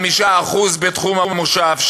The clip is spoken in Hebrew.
5% בתחום המושב,